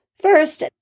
First